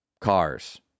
cars